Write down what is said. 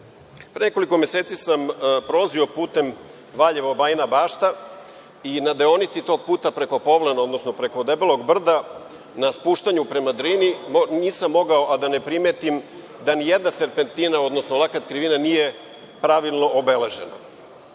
nekoliko meseci sam prolazio putem Valjevo-Bajina Bašta i na deonici tog puta preko Povlena, odnosno preko Debelog brda, na spuštanju prema Drini, nisam mogao a da ne primetim da ni jedna serpentina, odnosno lakat krivina nije pravilno obeležena.